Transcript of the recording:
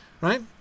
right